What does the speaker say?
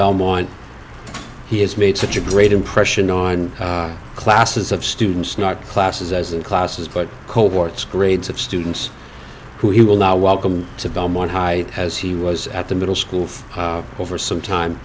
belmont he has made such a great impression on classes of students not classes as in classes but cold words grades of students who he will not welcome to belmont high as he was at the middle school over some time